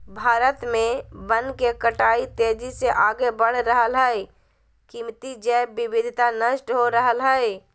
भारत में वन के कटाई तेजी से आगे बढ़ रहल हई, कीमती जैव विविधता नष्ट हो रहल हई